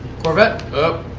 corvette up.